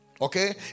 Okay